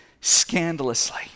scandalously